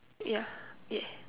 ya yeah